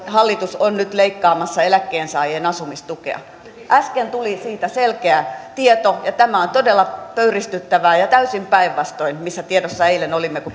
hallitus on nyt leikkaamassa eläkkeensaajien asumistukea äsken tuli siitä selkeä tieto ja tämä on todella pöyristyttävää ja täysin päinvastoin kuin missä tiedossa eilen olimme kun